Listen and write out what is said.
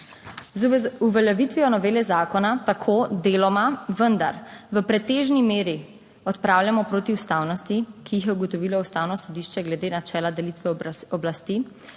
Z uveljavitvijo novele zakona tako deloma, vendar v pretežni meri odpravljamo protiustavnosti, ki jih je ugotovilo Ustavno sodišče glede načela delitve oblasti,